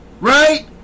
right